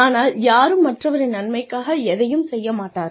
ஆனால் யாரும் மற்றவரின் நன்மைக்காக எதையும் செய்ய மாட்டார்கள்